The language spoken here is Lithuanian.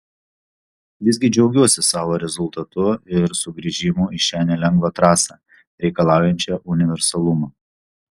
visgi džiaugiuosi savo rezultatu ir sugrįžimu į šią nelengvą trasą reikalaujančią universalumo